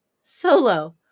solo